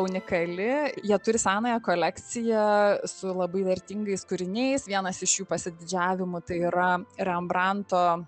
unikali jie turi senąją kolekciją su labai vertingais kūriniais vienas iš jų pasididžiavimų tai yra rembranto